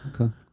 Okay